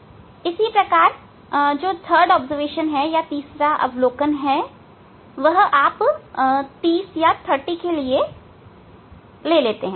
इसी प्रकार तीसरा अवलोकन आप 30 के लिए लेते हैं